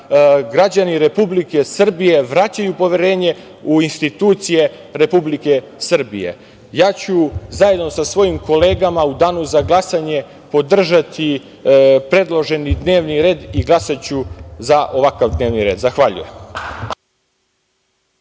građani Republike Srbije vraćaju poverenje u institucije Republike Srbije. Ja ću zajedno sa svojim kolegama u danu za glasanje podržati predloženi dnevni red i glasaću za ovakav dnevni red. Zahvaljujem.